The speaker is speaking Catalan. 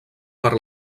per